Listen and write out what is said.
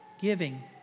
giving